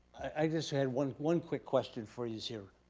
i just had one one quick question for yous here.